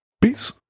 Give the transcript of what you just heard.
Peace